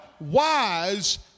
Wise